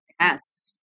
Yes